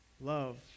love